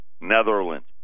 Netherlands